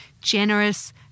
generous